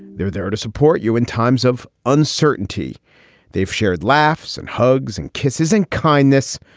they're there to support you in times of uncertainty they've shared laughs and hugs and kisses and kindness,